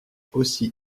aussi